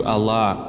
Allah